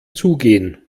zugehen